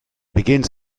begins